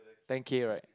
ten K right